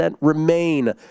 remain